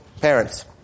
Parents